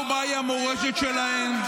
מ-16 אזכורים זה ירד לשבעה.